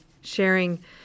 sharing